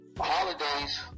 holidays